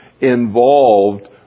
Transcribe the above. involved